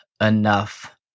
enough